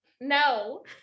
No